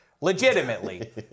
legitimately